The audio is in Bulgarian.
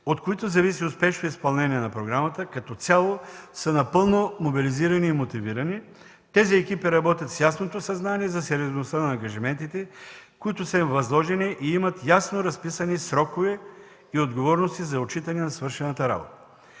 от които зависи успешното изпълнение на програмата като цяло, са напълно мобилизирани и мотивирани. Тези екипи работят с ясното съзнание за сериозността на ангажиментите, които са им възложени, и имат ясно разписани срокове и отговорности за отчитане на свършената работа.